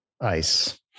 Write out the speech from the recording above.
ice